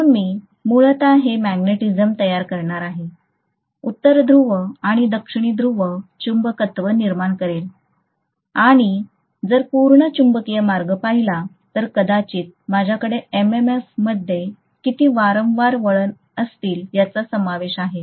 म्हणूनच मी मूलत हे मॅग्नेटिझम तयार करणार आहे उत्तर ध्रुव आणि दक्षिणी ध्रुव चुंबकत्व निर्माण करेल आणि जर मी पूर्ण चुंबकीय मार्ग पाहिला तर कदाचित माझ्याकडे MMF मध्ये किती वारंवार वळण असतील यांचा समावेश आहे